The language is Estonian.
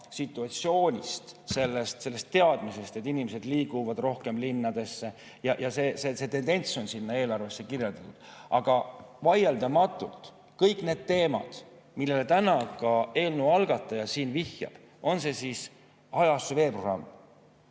situatsioonist, sellest teadmisest, et inimesed liiguvad rohkem linnadesse. See tendents on sinna eelarvesse kirjutatud. Aga vaieldamatult [on tähtsad] kõik need teemad, millele täna ka eelnõu algataja siin vihjas. Näiteks hajaasustuse veeprogramm.